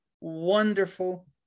wonderful